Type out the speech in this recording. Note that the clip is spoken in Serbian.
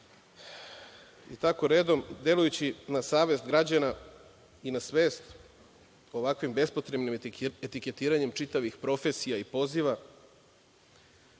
i tako redom, delujući na savest građana i na svest o ovakvim bespotrebnim etiketiranjem čitavih profesija i poziva,